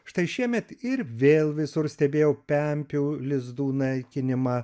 štai šiemet ir vėl visur stebėjau pempių lizdų naikinimą